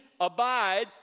abide